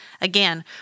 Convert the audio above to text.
Again